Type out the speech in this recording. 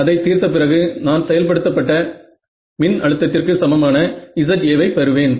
அதை தீர்த்த பிறகு நான் செயல் படுத்தப்பட்ட மின் அழுத்தத்திற்கு சமமான Za ஐ பெறுவேன்